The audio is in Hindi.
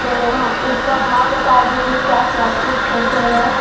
तो उसका भाव बता दीजिए क्या क्या चीज़ कैसे है